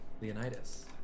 Leonidas